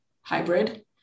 hybrid